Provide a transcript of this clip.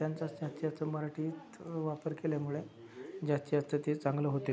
त्यांचा शक्यतो मराठीत वापर केल्यामुळे जास्तीत जास्त ते चांगलं होते